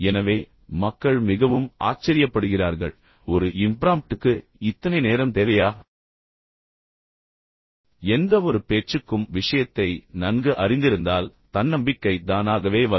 எனவே மக்கள் மிகவும் ஆச்சரியப்படுகிறார்கள் ஒரு இம்ப்ராம்ப்ட்டுக்கு இத்தனை நேரம் தேவையா எந்தவொரு பேச்சுக்கும் விஷயத்தை நன்கு அறிந்திருந்தால் தன்னம்பிக்கை தானாகவே வரும்